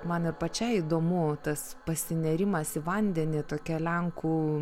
man ir pačiai įdomu tas pasinėrimas į vandenį tokia lenkų